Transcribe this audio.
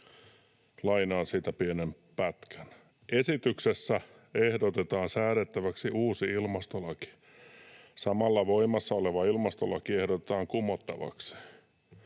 Lainaan siitä pienen pätkän. ”Esityksessä ehdotetaan säädettäväksi uusi ilmastolaki. Samalla voimassa oleva ilmastolaki ehdotetaan kumottavaksi.